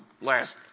last